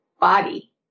body